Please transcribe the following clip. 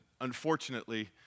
unfortunately